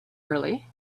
early